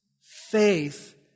faith